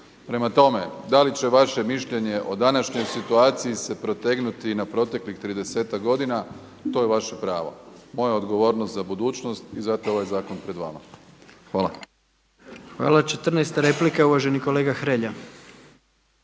Prema tome, da li će vaše mišljenje o današnjoj situaciji se protegnuti i na proteklih tridesetak godina to je vaše pravo. Moja je odgovornost za budućnost i zato je ovaj zakon pred vama. Hvala. **Jandroković, Gordan (HDZ)** Hvala.